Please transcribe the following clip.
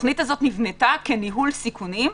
התוכנית הזו נבנתה כניהול סיכונים,